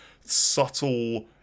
subtle